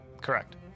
correct